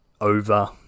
over